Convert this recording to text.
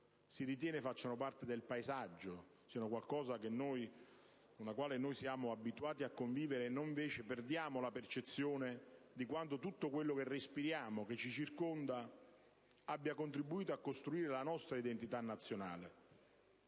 si ritiene faccia parte del paesaggio, qualcosa con cui siamo abituati a convivere, mentre perdiamo la percezione di quanto tutto quello che respiriamo e ci circonda abbia contribuito a costruire la nostra identità nazionale,